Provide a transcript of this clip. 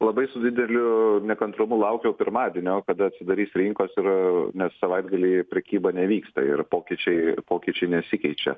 labai su dideliu nekantrumu laukiau pirmadienio kada atsidarys rinkos ir nes savaitgalį prekyba nevyksta ir pokyčiai pokyčiai nesikeičia